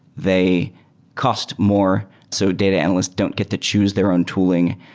they cost more so data analysts don't get to choose their own tooling.